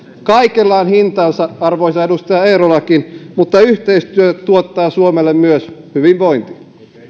kaikella on hintansa arvoisa edustaja eerolakin mutta yhteistyö tuottaa suomelle myös hyvinvointia